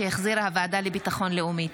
שהחזירה הוועדה לביטחון לאומי.